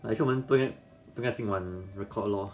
而是我们 play targeting 今晚 record lor